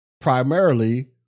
primarily